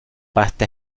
pasta